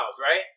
right